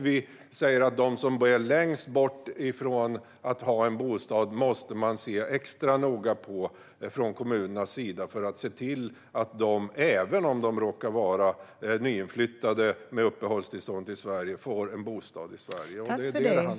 Vi säger också att kommunerna måste se extra noga på dem som står längst bort från att ha en bostad så att de, även om de råkar vara nyinflyttade med uppehållstillstånd, får en bostad.